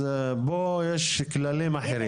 פה יש כללים אחרים.